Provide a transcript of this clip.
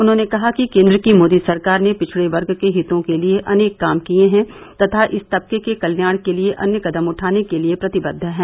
उन्होंने कहा कि केन्द्र की मोदी सरकार ने पिछड़े वर्ग के हितों के लिये अनेक काम किये हैं तथा इस तबके के कल्याण के लिये अन्य कदम उठाने के लिये प्रतिबद्द है